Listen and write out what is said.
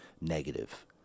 negative